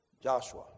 Joshua